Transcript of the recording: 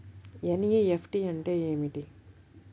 NEFT అంటే ఏమిటీ?